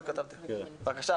קודם כל